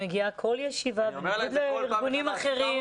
היא מגיעה לכל ישיבה בניגוד לארגונים אחרים.